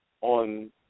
on